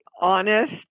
honest